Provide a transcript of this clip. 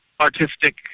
artistic